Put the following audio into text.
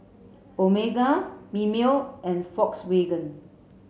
Omega Mimeo and Volkswagen